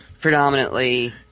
predominantly